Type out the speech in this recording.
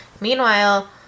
Meanwhile